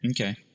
Okay